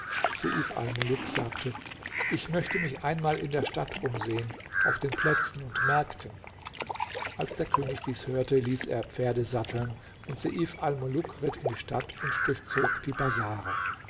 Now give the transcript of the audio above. sagte ich möchte mich einmal in der stadt umsehen auf den plätzen und märkten als der könig dies hörte ließ er pferde satteln und seif almuluk ritt in die stadt und durchzog die bazare